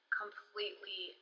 completely